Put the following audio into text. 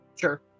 Sure